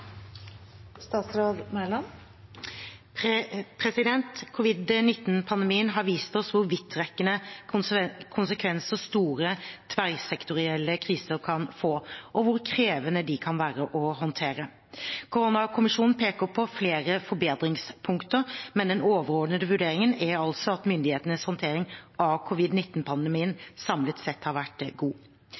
har vist oss hvor vidtrekkende konsekvenser store tverrsektorielle kriser kan få, og hvor krevende de kan være å håndtere. Koronakommisjonen peker på flere forbedringspunkter, men den overordnede vurderingen er altså at myndighetenes håndtering av covid-l9-pandemien samlet sett har vært god.